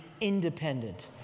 independent